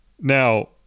Now